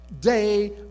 day